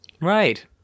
right